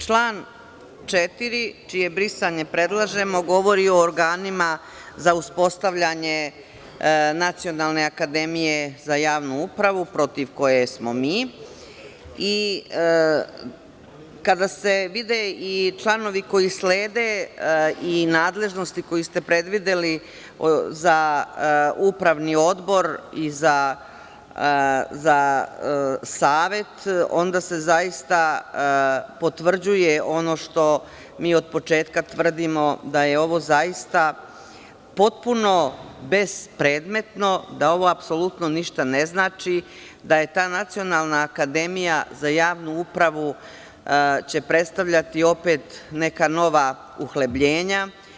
Član 4. čije brisanje predlažemo govori o organima za uspostavljanje nacionalne akademije za javnu upravu, protiv koje smo mi, kada se vide i članovi koji slede i nadležnosti koje ste predvideli za upravni odbor i za savet, onda se zaista potvrđuje ono što mi od početka tvrdimo, da je ovo zaista potpuno bespredmetno, da ovo apsolutno ništa ne znači, da će ta Nacionalna akademija za javnu upravu će predstavljati opet neka nova uhlebljenja.